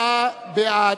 100 בעד,